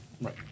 Right